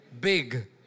big